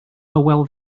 hywel